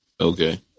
Okay